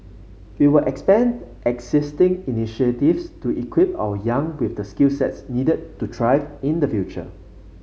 we will expand existing initiatives to equip our young with the skill sets needed to thrive in the future